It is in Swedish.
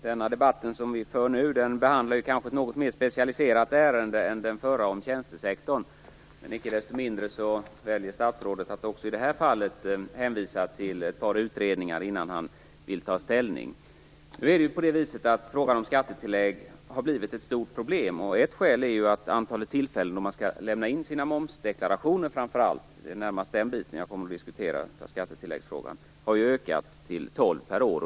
Fru talman! Den debatt vi för nu behandlar ett kanske något mer specialiserat ärende än den förra om tjänstesektorn. Icke desto mindre väljer statsrådet att också i det här fallet hänvisa till ett par utredningar innan han vill ta ställning. Frågan om skattetillägg har blivit ett stort problem. Ett skäl är att antalet tillfällen då man skall lämna in sina momsdeklarationer - det är närmast den biten jag kommer att diskutera av skattetilläggsfrågan - har ökat till tolv per år.